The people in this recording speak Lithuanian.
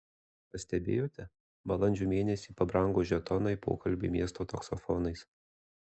pastebėjote balandžio mėnesį pabrango žetonai pokalbiui miesto taksofonais